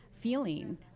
feeling